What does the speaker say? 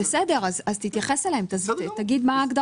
ההגדרות, תגיד מה ההגדרות.